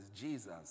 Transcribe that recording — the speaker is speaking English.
Jesus